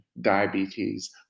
diabetes